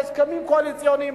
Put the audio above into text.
הסכמים קואליציוניים,